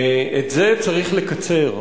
את זה צריך לקצר.